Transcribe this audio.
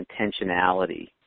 intentionality